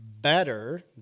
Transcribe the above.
better